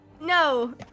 No